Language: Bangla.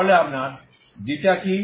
তাহলে আপনার কি